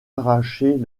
arracher